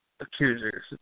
accusers